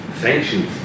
sanctions